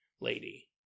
lady